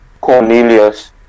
Cornelius